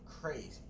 crazy